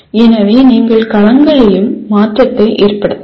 எனவே நீங்கள் களங்களிலும் மாற்றத்தை ஏற்படுத்தலாம்